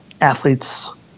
athletes